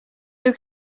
who